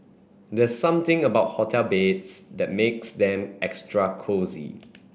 there's something about hotel beds that makes them extra cosy